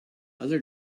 other